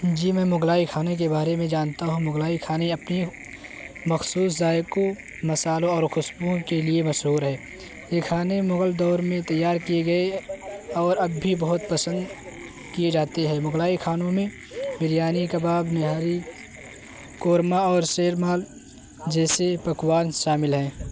جی میں مغلائی کھانے کے بارے میں جانتا ہوں مغلائی کھانے اپنے مخصوص ذائقوں مسالوں اور خوشبوؤں کے لیے مشہور ہے یہ کھانے مغل دور میں تیار کیے گئے اور اب بھی بہت پسند کیے جاتے ہیں مغلائی کھانوں میں بریانی کباب نہاری قورمہ اور شیرمال جیسے پکوان شامل ہیں